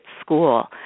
School